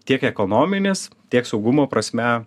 tiek ekonominis tiek saugumo prasme